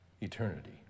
eternity